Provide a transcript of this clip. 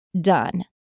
done